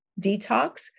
detox